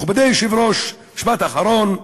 מכובדי היושב-ראש, משפט אחרון: